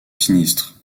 sinistre